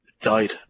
died